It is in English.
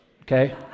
okay